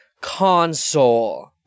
console